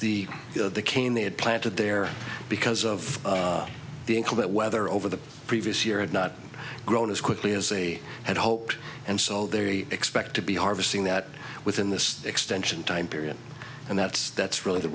know the cane they had planted there because of the inclement weather over the previous year had not grown as quickly as they had hoped and so they expect to be harvesting that within this extension time period and that's that's really the